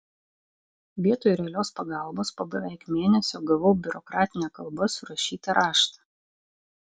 vietoj realios pagalbos po beveik mėnesio gavau biurokratine kalba surašytą raštą